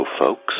folks